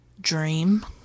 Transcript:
dream